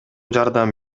жардам